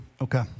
Okay